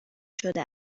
شده